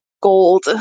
gold